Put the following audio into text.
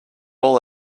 all